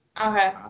Okay